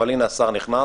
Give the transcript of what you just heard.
אבל הנה השר נכנס,